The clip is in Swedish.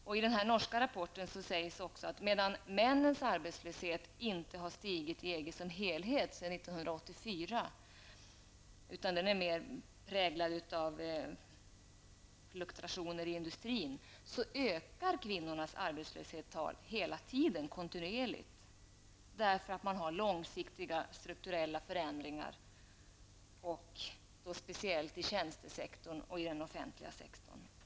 I den norska rapporten sägs också att medan männens arbetslöshet inte har stigit i EG som helhet sedan 1984 utan är mer präglad av fluktuationer inom industrin, så ökar kvinnornas arbetslöshetstal kontinuerligt som ett resultat av de långsiktiga strukturella förändringarna, och då särskilt i tjänstesektorn och i den offentliga sektorn.